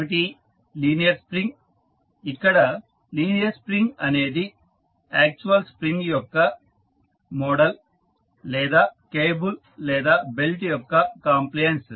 ఒకటి linear spring ఇక్కడ linear spring అనేది యాక్చువల్ స్ప్రింగ్ యొక్క మోడల్ లేదా కేబుల్ లేదా బెల్ట్ యొక్క కాంప్లియన్స్